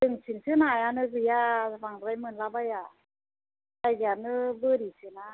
जोंनिथिंसों नायानो गैया बांद्राय मोनला बाया जायगायानो बोरिसोना